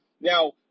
Now